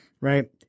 right